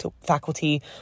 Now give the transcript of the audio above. faculty